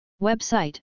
Website